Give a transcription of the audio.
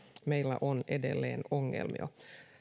meillä on edelleen ongelmia